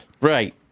Right